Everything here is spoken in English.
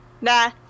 nah